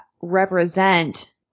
represent